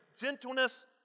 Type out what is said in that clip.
gentleness